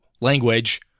language